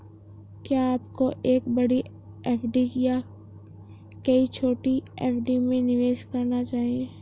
क्या आपको एक बड़ी एफ.डी या कई छोटी एफ.डी में निवेश करना चाहिए?